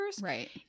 Right